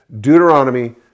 Deuteronomy